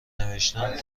نوشتن